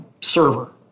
server